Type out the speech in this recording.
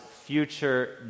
future